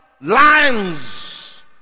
lines